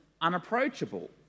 unapproachable